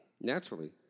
naturally